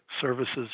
services